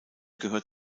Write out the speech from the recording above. gehört